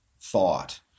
thought